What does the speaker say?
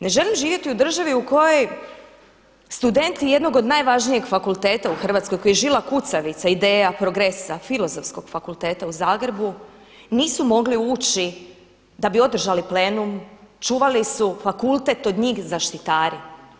Ne želim živjeti u državi u kojoj studenti jednog od najvažnijeg fakulteta u Hrvatskoj koji je žila kucavica ideja, progresa, Filozofskog fakulteta u Zagrebu nisu mogli uči da bi održali plenum, čuvali su fakultet od njih zaštitari.